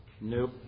Nope